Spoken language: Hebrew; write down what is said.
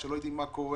שלא יודעות מה קורה.